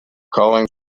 calling